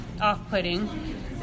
off-putting